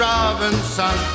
Robinson